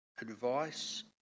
advice